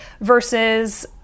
versus